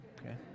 Okay